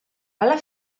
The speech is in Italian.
alla